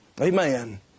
Amen